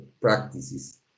practices